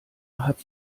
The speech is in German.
hat